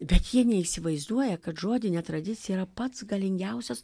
bet jie neįsivaizduoja kad žodinė tradicija yra pats galingiausias